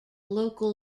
local